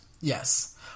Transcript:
Yes